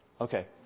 Okay